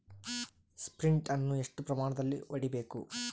Sprint ಅನ್ನು ಎಷ್ಟು ಪ್ರಮಾಣದಲ್ಲಿ ಹೊಡೆಯಬೇಕು?